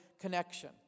connection